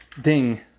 ding